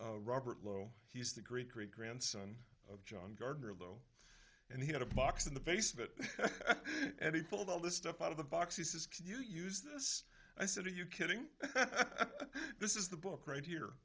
named robert lowe he's the great great grandson of john gardner though and he had a box in the basement and he pulled all this stuff out of the box he says can you use this i said are you kidding this is the book right here